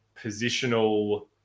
positional